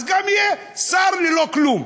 אז גם יהיה שר ללא כלום,